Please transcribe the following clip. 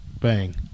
Bang